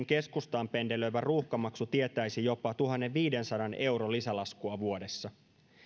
keskustaan pendelöivän ruuhkamaksu tietäisi jopa tuhannenviidensadan euron lisälaskua vuodessa